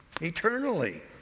Eternally